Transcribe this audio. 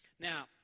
Now